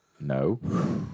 No